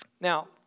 Now